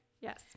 yes